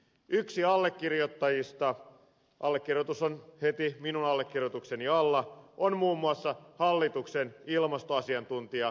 yksi allekirjoittajista allekirjoitus on heti minun allekirjoitukseni alla on muun muassa hallituksen ilmastoasiantuntija ed